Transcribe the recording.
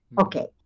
Okay